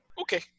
okay